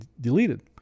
deleted